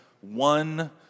one